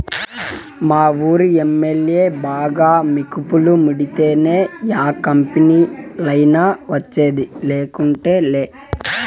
మావూరి MLA బాగా మికుపులు ముడితేనే యా కంపెనీలైనా వచ్చేది, లేకుంటేలా